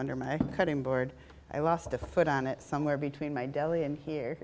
under my cutting board i lost a foot on it somewhere between my deli and here